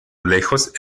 lejos